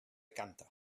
canta